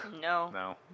No